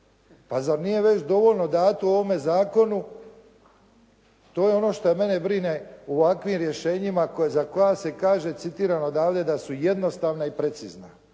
Pa zar nije već dovoljno dato u ovome zakonu, to je ono šta mene brine u ovakvim rješenjima za koja se kaže citiram odavdje, da su jednostavna i precizna.